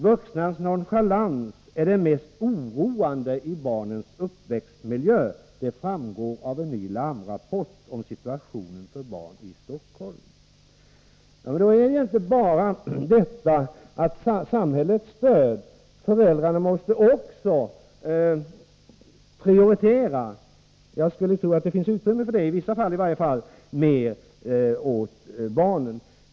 Vuxnas nonchalans är det mest oroande i barnens uppväxtmiljö — det framgår av en Det räcker inte med samhällets stöd, föräldrarna måste prioritera barnen i högre grad, och jag tror att det åtminstone i vissa fall finns möjligheter härtill.